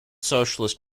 socialist